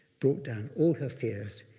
brought down all her fears,